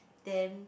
then